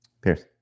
Pierce